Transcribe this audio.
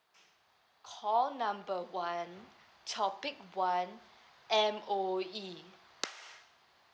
call number one topic one M_O_E